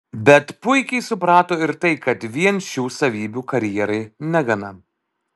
bet puikiai suprato ir tai kad vien šių savybių karjerai negana